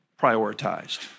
prioritized